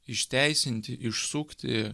išteisinti išsukti